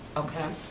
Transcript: okay.